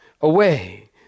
away